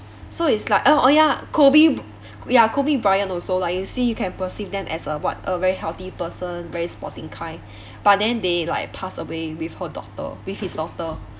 so it's like orh uh ya kobe ya kobe bryant also like you see you can perceive them as a what a very healthy person very sporting kind but then they like pass away with her daughter with his daughter